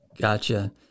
Gotcha